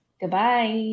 Goodbye